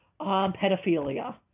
pedophilia